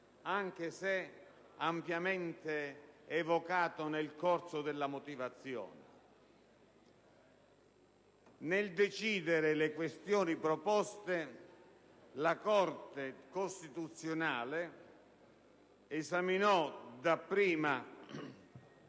anche se ampiamente evocato nel corso della motivazione. Nel decidere le questioni proposte, la Corte costituzionale esaminò dapprima